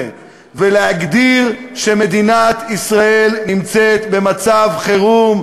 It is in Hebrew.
ולהגדיר שמדינת ישראל נמצאת במצב חירום,